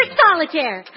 solitaire